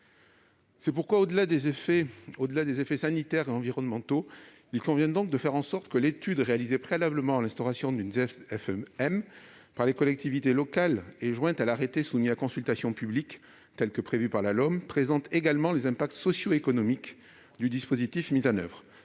consommateurs. Au-delà des effets sanitaires et environnementaux, il convient donc de faire en sorte que l'étude réalisée préalablement à l'instauration d'une ZFE-m par les collectivités locales et jointe à l'arrêté soumis à consultation publique, conformément à ce que prévoit la LOM, présente également les impacts socio-économiques du dispositif mis en oeuvre.